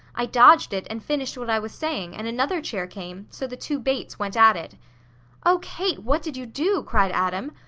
i dodged it, and finished what i was saying, and another chair came, so the two bates went at it. oh, kate, what did you do? cried adam.